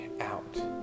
out